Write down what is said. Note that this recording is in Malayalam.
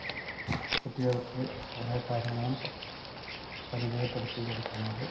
കുട്ടികൾക്ക് ഓരോ കാര്യങ്ങളും പരിചയപ്പെടുത്തി കൊടുക്കുന്നത്